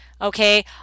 okay